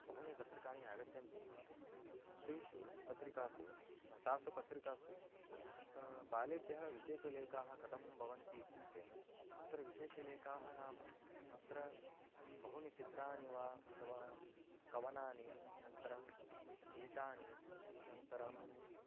बहूनि पत्रिकाः आगच्छन्ति तेषु पत्रिकासु तासु पत्रिकासु बालेभ्यः विशेषाः लेखाः कथं भवन्तीत्युक्ते तत्र विशेषाः लेखाः नाम अत्र बहूनि चित्राणि वा अथवा कवनानि नन्तरं गीतानि अनन्तरम्